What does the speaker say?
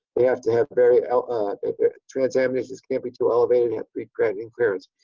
they have to have very odd transaminases, can't be too elevated at the creatinine clearance.